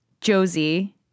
Josie